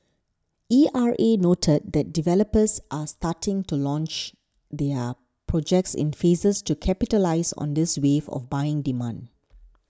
E R A noted that developers are starting to launch their projects in phases to capitalise on this wave of buying demand